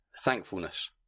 Thankfulness